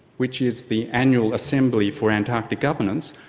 which is the annual assembly for antarctic governance,